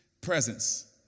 presence